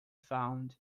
found